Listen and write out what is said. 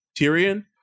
Tyrion